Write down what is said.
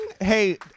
Hey